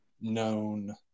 known